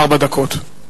ארבע דקות.